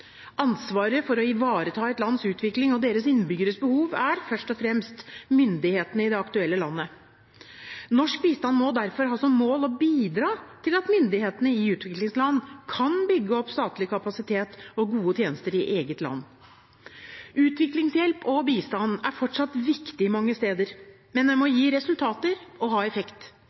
Ansvaret for å ivareta et lands utvikling og dets innbyggeres behov tilligger først og fremst myndighetene i det aktuelle landet. Norsk bistand må derfor ha som mål å bidra til at myndighetene i utviklingsland kan bygge opp statlig kapasitet og gode tjenester i eget land. Utviklingshjelp og bistand er fortsatt viktig mange steder, men det må gi resultater og ha effekt.